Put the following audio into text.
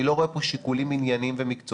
אני לא רואה פה שיקולים ענייניים ומקצועיים,